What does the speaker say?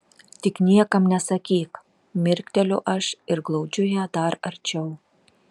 tik niekam nesakyk mirkteliu aš ir glaudžiu ją dar arčiau